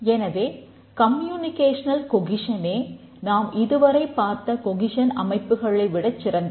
எனவே கம்யூனிக்கேஷனல் கொகிசனே அமைப்புகளை விடச் சிறந்தது